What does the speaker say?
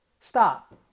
stop